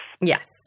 Yes